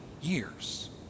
years